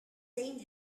saint